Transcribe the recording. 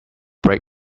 break